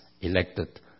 elected